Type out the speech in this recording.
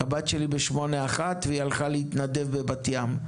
הבת שלי ב-81 והיא הלכה להתנדב בבת ים.